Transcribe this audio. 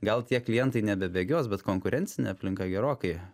gal tie klientai nebebėgios bet konkurencinė aplinka gerokai